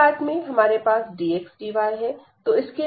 पहले पार्ट के लिए हमारे पास dx dy है